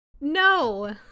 No